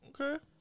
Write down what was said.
Okay